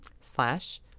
slash